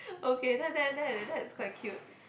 okay that that that that that is quite cute